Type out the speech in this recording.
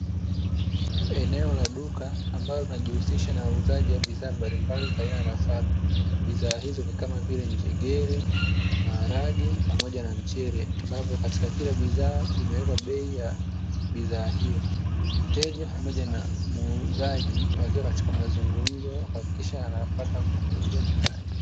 Eneo la duka ambalo linajihusisha na uuzaji wa bidhaa mbalimbali za aina ya nafaka. Bidhaa hizo ni kama vile: njegere, maharage pamoja na mchele; ambavyo katika kila bidhaa imewekwa bei ya bidhaa hiyo. Mteja pamoja na muuzaji wakiwa katika mazungumzo kuhakikisha anapata kumuuzia bidhaa hiyo.